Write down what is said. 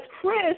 Chris